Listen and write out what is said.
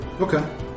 Okay